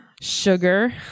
sugar